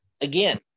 again